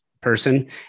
person